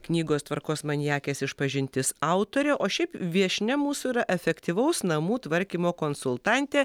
knygos tvarkos maniakės išpažintis autorė o šiaip viešnia mūsų yra efektyvaus namų tvarkymo konsultantė